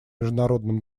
международным